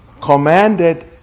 commanded